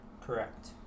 Correct